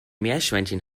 meerschweinchen